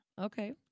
Okay